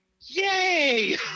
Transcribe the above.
Yay